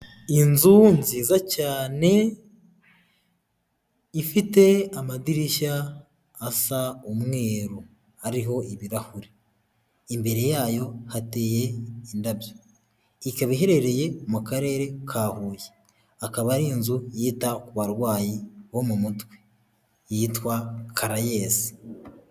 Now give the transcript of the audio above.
Inzu nziza cyane, ifite amadirishya asa umweru, ariho ibirahuri, imbere y'ayo hateye indabyo, ikaba iherereye mu karere ka Huye, akaba ari inzu yita ku barwayi bo mu mutwe, yitwa karayesi.